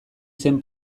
zen